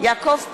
יעקב פרי,